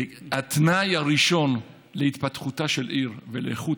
התנאי הראשון להתפתחותה של עיר ולאיכות